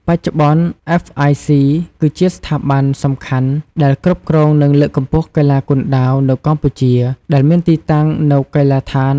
បច្ចុប្បន្ន អ្វេស អាយ សុី គឺជាស្ថាប័នសំខាន់ដែលគ្រប់គ្រងនិងលើកកម្ពស់កីឡាគុនដាវនៅកម្ពុជាដែលមានទីតាំងនៅកីឡដ្ឋានជាតិអូឡាំពិកក្នុងរាជធានីភ្នំពេញ។